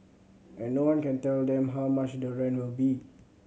and no one can tell them how much the rent will be